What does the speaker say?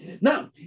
Now